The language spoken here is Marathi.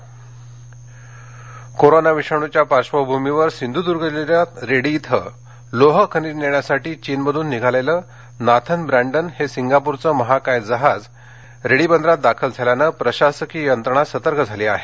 कोरोना जहाज सिंधदर्ग कोरोना व्हायरसच्या पार्श्वभूमीवर सिंधूद्र्ग जिल्ह्यात रेडी इथं लोह खनिज नेण्यासाठी चीनमधून निघालेलं नाथन ब्रॅन्डॉन हे सिंगाप्रचं महाकाय जहाज रेडी बदरात दाखल झाल्यान प्रशासकीय यंत्रणा सतर्क झाली आहे